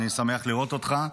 אני שמח לראות אותך,